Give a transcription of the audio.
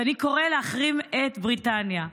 ואני קורא להחרים את בריטניה.